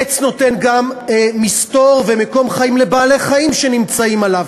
עץ נותן גם מסתור ומקום חיים לבעלי-חיים שנמצאים עליו,